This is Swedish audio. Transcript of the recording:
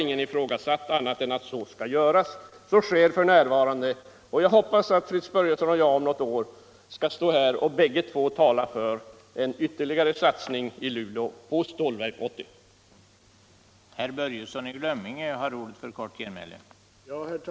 Ingen har ifrågasatt något annat:än att den utredningen skulle göras. Den pågår f. n. Jag hoppas att både herr Börjesson i Glömminge och jag om något år står här och talar för en ytterligare satsning på Stålverk 80 i Luleå.